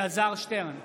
אלעזר שטרן,